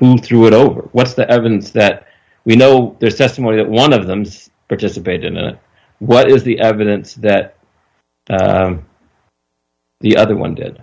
who threw it over what's the evidence that we know there's testimony that one of them to participate in it what was the evidence that the other one did